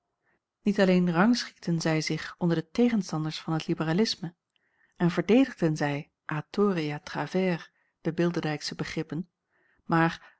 iet alleen rangschikten zij zich onder de tegenstanders van het liberalisme en verdedigden zij à tort et à travers de bilderdijksche begrippen maar